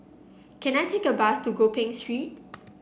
can I take a bus to Gopeng Street